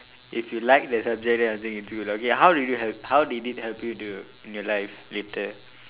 if you like the subject then I think it's good lah okay how did you help how did it help you to in your life later